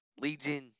Legion